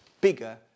bigger